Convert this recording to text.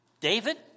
David